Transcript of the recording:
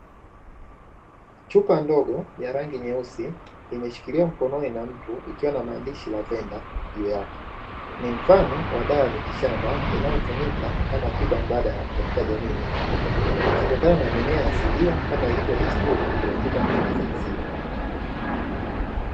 Chupa ndogo ya rangi nyeusi imeshikiliwa mkononi na mtu ikiwa na maandishi "LAVENDER" juu yake, ni mfano wa dawa ya mitishamba inayotumika kama tiba mbadala katika jamii nyingi ikitokana na mimea asilia kama ilivyo desturi kwenye tiba nyingi za asili.